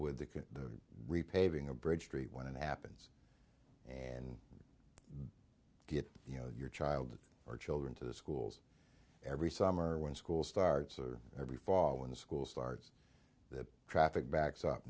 a bridge street when it happens and get you know your child or children to the schools every summer when school starts or every fall when school starts that traffic backs up